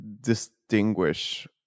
distinguish